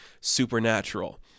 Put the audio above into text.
Supernatural